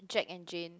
Jack and Jane